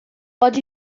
pode